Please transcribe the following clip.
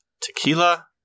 tequila